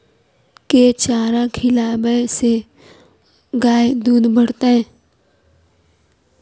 केँ चारा खिलाबै सँ गाय दुध बढ़तै?